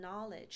knowledge